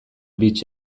beach